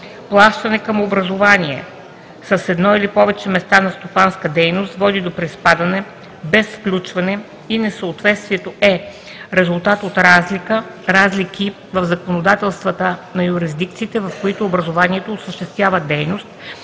плащане към образувание с едно или повече места на стопанска дейност води до приспадане без включване и несъответствието е резултат от разлики в законодателствата на юрисдикциите, в които образуванието осъществява дейност,